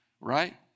right